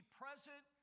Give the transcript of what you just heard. present